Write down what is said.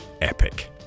epic